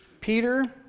Peter